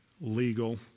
legal